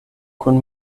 kun